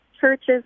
churches